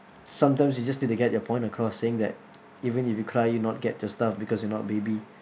sometimes you just need to get your point across saying that even if you cry you not get your stuff because you're not baby